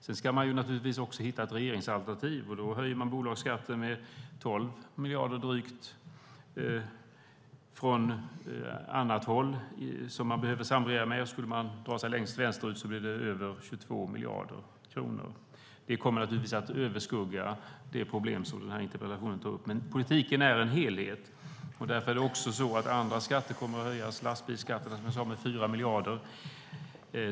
Man ska naturligtvis också hitta ett regeringsalternativ, och ett parti som Socialdemokraterna behöver samregera med vill höja bolagsskatten med drygt 12 miljarder. Skulle man ta sig längst vänsterut blir det över 22 miljarder kronor. Det kommer naturligtvis att överskugga det problem som den här interpellationen tar upp. Men politiken är en helhet, och även andra skatter kommer att höjas. Lastbilsskatterna höjs med 4 miljarder, som jag sade.